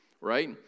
right